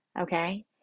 Okay